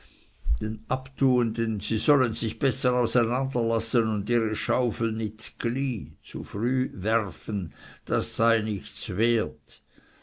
den abtuenden sie sollen sich besser auseinanderlassen und ihre schaufeln nit z'gly werfen das sei nichts wert